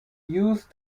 used